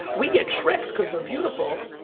we get tricked because they're beautiful,